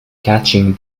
catching